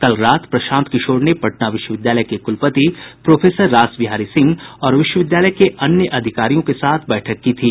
कल रात प्रशांत किशोर ने पटना विश्वविद्यालय के कुलपति प्रोफेसर रासबिहारी सिंह और विश्वविद्यालय के अन्य अधिकारियों के साथ बैठक की थी